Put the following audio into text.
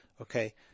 Okay